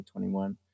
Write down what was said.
2021